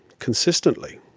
consistently!